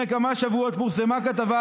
השתגעתם?